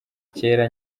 kera